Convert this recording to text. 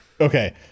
Okay